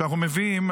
שאנחנו מביאים,